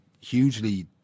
hugely